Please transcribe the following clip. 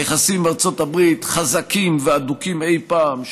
היחסים עם ארצות הברית חזקים והדוקים מאי פעם,